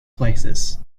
places